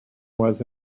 was